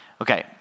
Okay